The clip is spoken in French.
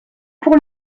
pour